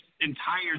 entire